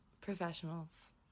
professionals